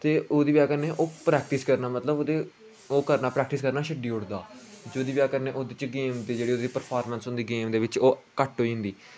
ते ओह्दी बजह कन्नै ओह् प्रैकिटस करना मतलब ओह्दे ओह् करना प्रैकिटस करना छड्डी ओड़दा जेह्दी बजह कन्नै ओह्दी गेम ते जेह्ड़ी ओह्दी प्रफांरमेस होंदी गेम दे बिच्च ओह् घट्ट होई जंदी